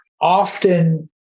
often